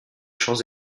champs